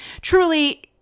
truly